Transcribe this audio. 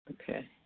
Okay